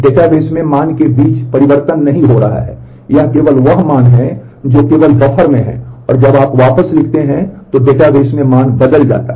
database में मान के बीच परिवर्तन नहीं हो रहा है यह केवल वह मान है जो केवल बफर में है और जब आप वापस लिखते हैं तो डेटाबेस में मान बदल जाता है